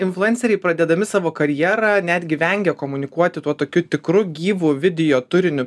influenceriai pradėdami savo karjerą netgi vengia komunikuoti tuo tokiu tikru gyvu video turiniu